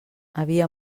havia